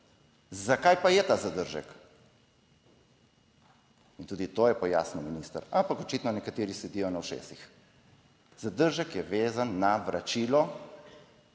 Zakaj pa je ta zadržek? In tudi to je pojasnil minister. Ampak očitno nekateri sedijo na ušesih. Zadržek je vezan na vračilo